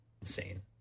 insane